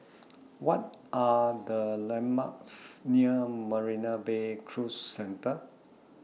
What Are The landmarks near Marina Bay Cruise Centre